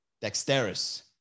Dexterous